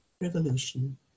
revolution